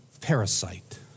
parasite